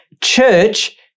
Church